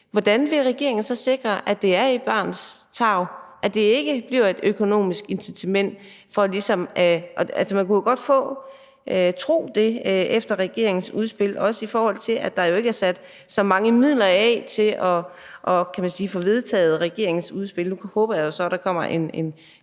hvordan vil regeringen så sikre, at det er i børnenes tarv, og at det ikke bliver et økonomisk incitament? For man kunne jo godt tro det efter regeringens udspil, også i forhold til at der jo ikke er sat så mange midler af til at få vedtaget regeringens udspil. Nu håber jeg så, der kommer en